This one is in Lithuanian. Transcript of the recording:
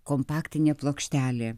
kompaktinė plokštelė